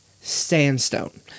sandstone